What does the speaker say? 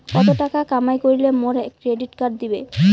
কত টাকা কামাই করিলে মোক ক্রেডিট কার্ড দিবে?